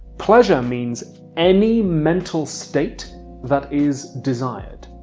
pleasure means any mental state that is desired.